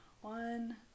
one